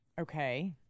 Okay